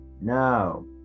no